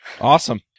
awesome